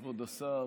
כבוד השר,